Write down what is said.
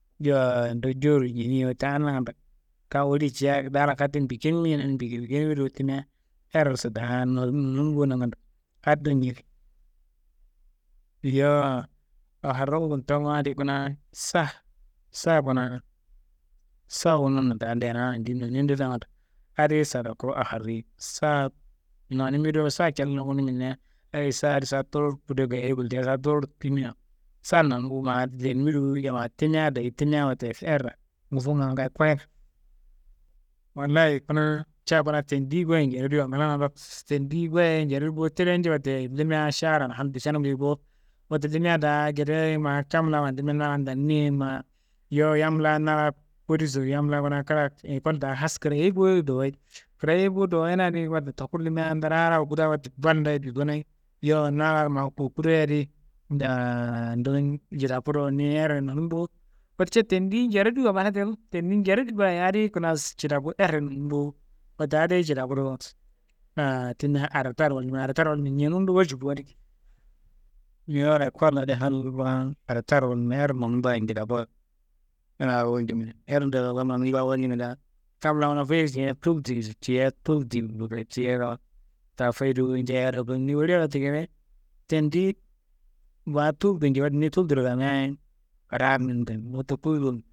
Yowo ndu jewuro njeniye, wote adi nangando, kam woli ciya dallan katten bikenimiyenani bike bikenimi do timia̧ erraso daa nonum bo nangando addo ñeni. Yowo aharrumu kuntonga adi kuna sa, sa kuna, sa wununna daa leyena yendi nonede nangando adi sadaku aharrei, sa nonimia do, sa callo wuniminia, hayi sa adi sa tulur kudo gayoyi, sa tulur timia, sa nonumbu ma lenimi dowo nja ma timia dayi, timia wote, erra ngufunga ngaayo koyina. Wallayi kuna ca kuna, tendi goyo njerediwa nglana do, tendi goyoye njeredi bo tide njo wote, limia šaran hal bikenumbuye bo. Wote limia daa gedero ma kam laa fandimia na laan danimiye ma, yowo yam laa na laa kodiso, yam laa kuna kra, ekol daa has krayei bo- ye dowuyi, krayei bo dowuyina adi wote toku limia ndaraaroye kuda wote, bal doye bikenoyi, yowo na laaro ma ku kudoya adi«hesitation» njidaku do niyi erre nonum bo, wote ca tendi njerediwa mana tenu, tendi njeredi bayi adiyi kuna cidaku erre nonum bo. Wote adi cidaku do «hesitation» timia aretarro wallimi, aretarro wallimi ñenun do walji bo di. Yowo ekol adi, halngu kuna aretarro wallimia er nonum bayi njidako. Kam la kunaa foyor ciya tultikiso nji tafoyi dowo nja erra koyi tendi wa tultiyi nju, wote niyi tulturo gamiaye kadaaro nanum dami, wote